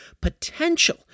potential